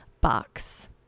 box